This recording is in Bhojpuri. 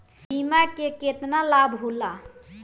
बीमा के केतना लाभ होला?